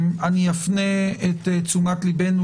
אפנה את תשומת לבנו